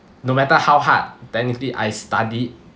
no matter how hard technically I studied